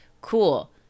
cool